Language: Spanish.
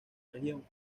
región